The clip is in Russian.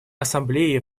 ассамблеей